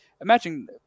imagine